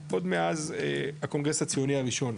עוד מאז הקונגרס הציוני הראשון,